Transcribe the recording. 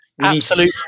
absolute